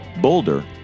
Boulder